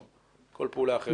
או כל פעולה אחרת.